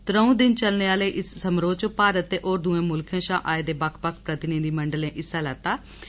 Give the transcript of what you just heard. त्रंऊ दिन चलने आहले इस समारोह च भारत ते होर दुए मुल्खे शा आये दे बक्ख प्रतिनिधिमंडलें हिस्सा लैगंन